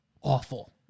awful